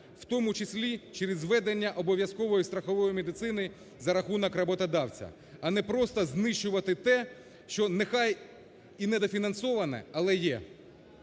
в тому числі через введення обов'язкової страхової медицини за рахунок роботодавця, а не просто знищувати те, що нехай і недофінансоване, але є.